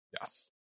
Yes